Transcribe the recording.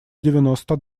девяносто